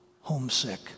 Homesick